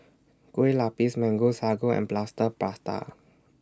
Kueh Lupis Mango Sago and Plaster Prata